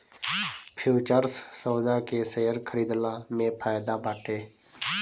futures सौदा के share खरीदला में फायदा बाटे